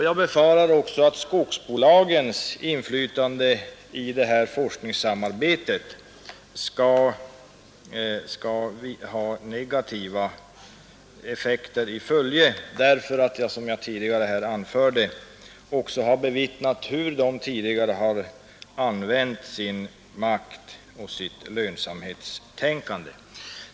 Jag befarar också att skogsbolagens inflytande i det här forskningssamarbetet skall ha negativa effekter i följe därför att jag, som jag förut anförde, också har bevittnat hur de tidigare har använt sin makt och sitt lönsamhetstänkande.